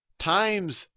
times